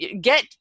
get